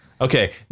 Okay